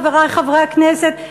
חברי חברי הכנסת,